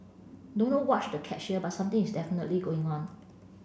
don't know what's the catch here but something is definitely going on